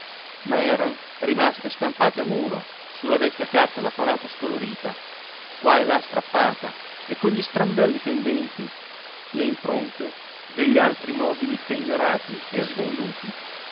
ma eran rimaste stampate a muro sulla vecchia carta da parato scolorita qua e là strappata e con gli strambelli pendenti le impronte degli altri mobili pegnorati e svenduti